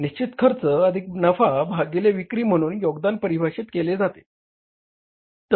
निश्चित खर्च अधिक नफा भागिले विक्री म्हणून योगदान परिभाषित केले जाते